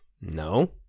No